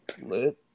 Lit